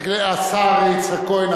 השר יצחק כהן,